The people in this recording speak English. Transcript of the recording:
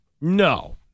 No